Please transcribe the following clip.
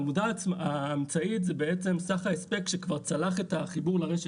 העמודה האמצעית זה בעצם סך ההספק שכבר צלח את החיבור לרשת.